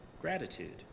Gratitude